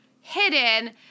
hidden